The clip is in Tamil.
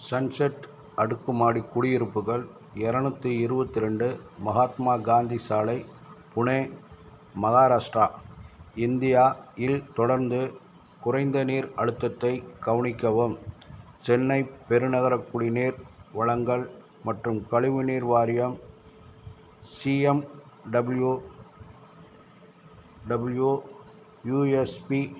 சன்செட் அடுக்குமாடி குடியிருப்புகள் எரநூற்றி இருபத்து ரெண்டு மகாத்மா காந்தி சாலை புனே மகாராஷ்டிரா இந்தியா இல் தொடர்ந்து குறைந்த நீர் அழுத்தத்தை கவனிக்கவும் சென்னை பெருநகரக் குடிநீர் வழங்கல் மற்றும் கழிவுநீர் வாரியம் C M W W U S B